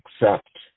accept